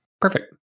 Perfect